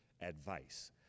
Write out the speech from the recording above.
advice